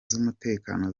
z’umutekano